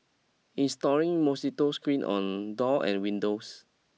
installing mosquito screen on doors and windows